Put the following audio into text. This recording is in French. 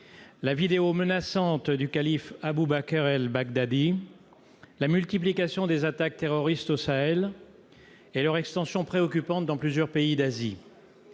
la vidéo menaçante du calife Abubaker El Baghdadi, la multiplication des attaques terroristes au Sahel et leur extension préoccupante dans plusieurs pays d'Asie,